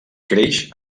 creix